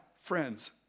friends